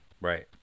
right